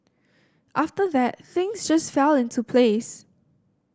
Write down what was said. after that things just fell into place